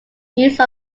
use